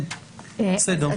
כן, בסדר.